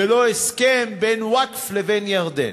ולא הסכם בין ווקף לבין ירדן.